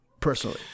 personally